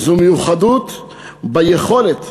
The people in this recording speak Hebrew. זו מיוחדות ביכולת